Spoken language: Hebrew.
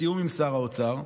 בתיאום עם שר האוצר,